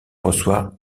reçoit